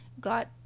got